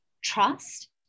trust